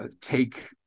take